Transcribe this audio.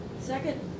Second